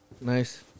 Nice